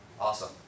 Awesome